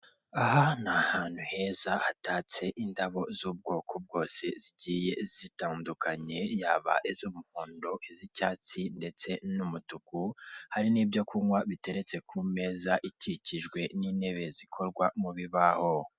Aha ni ahantu heza hatatse indabo z'ubwoko bwose zigiye zitandukanye yaba iz'umuhondo iz'icyatsi ndetse n'umutuku, hari n'ibyo kunywa biteretse ku meza ikikijwe n'intebe zikorwa mu bibaho.